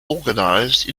organised